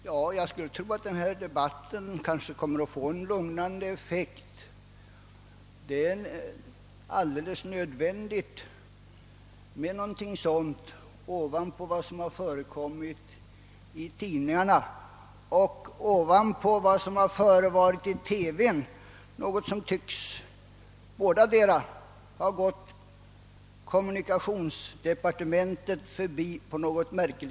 Herr talman! Jag tror också att den här debatten kan få en lugnande effekt. Det är också alldeles nödvändigt med någonting sådant efter vad som stått att läsa i tidningarna och efter vad vi sett i TV. Bådadera tycks märkligt nog ha gått kommunikationsdepartementet förbi.